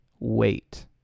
wait